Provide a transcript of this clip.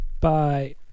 Bye